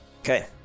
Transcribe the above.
Okay